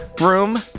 room